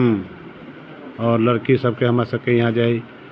आओर लड़की सबके हमर सबके यहाँ जे हइ